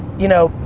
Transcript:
you know,